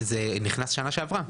זה נכנס בשנה שעברה.